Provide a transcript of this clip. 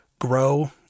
grow